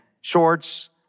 shorts